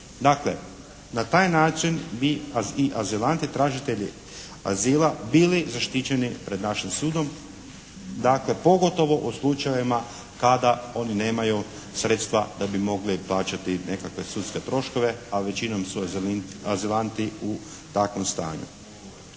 Dakle, na taj način bi azilanti tražitelji azila bili zaštićeni pred našim sudom, dakle pogotovo u slučajevima kada oni nemaju sredstva da bi mogli plaćati nekakve sudske troškove, a većinom su azilanti u takvom stanju.